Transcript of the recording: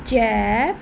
ਜੈਪ